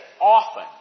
often